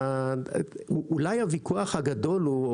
אולי הוויכוח הגדול הוא,